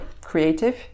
creative